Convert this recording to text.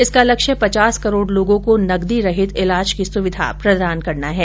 इसका लक्ष्य पचास करोड़ लोगों को नकदी रहित इलाज की सुविधा प्रदान करना है